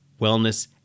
wellness